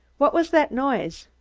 what was that noise?